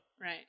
Right